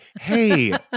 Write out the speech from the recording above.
hey